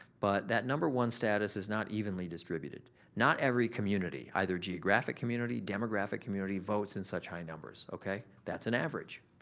but that number one status is not evenly distributed. not every community either geographic community, demographic community votes in such high numbers, okay? that's an average.